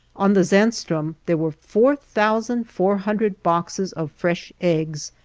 on the zaanstroom there were four thousand four hundred boxes of fresh eggs,